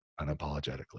unapologetically